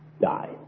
die